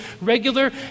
regular